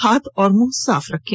हाथ और मुंह साफ रखें